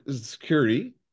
security